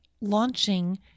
launching